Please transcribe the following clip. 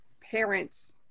parents